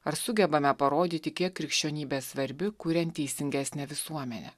ar sugebame parodyti kiek krikščionybė svarbi kuriant teisingesnę visuomenę